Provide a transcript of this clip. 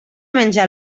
menja